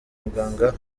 muganga